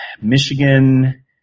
Michigan